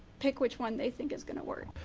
pick which one they think is going to work.